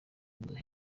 bwo